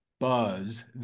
buzz